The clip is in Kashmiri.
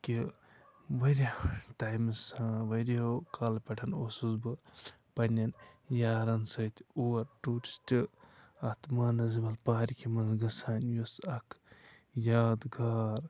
کہِ وارِیاہ ٹایمہٕ سا واریاہو کالہٕ پٮ۪ٹھ اوسُس بہٕ پنٛنٮ۪ن یارن سۭتۍ اور ٹوٗرِسٹہٕ اَتھ مانسبل پارِکہِ منٛز گَژھان یُس اَکھ یاد گار